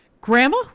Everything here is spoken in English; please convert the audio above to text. Grandma